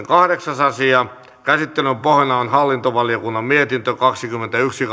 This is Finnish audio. kahdeksas asia käsittelyn pohjana on hallintovaliokunnan mietintö kaksikymmentäyksi